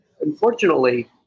unfortunately